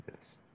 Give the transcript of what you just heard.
Yes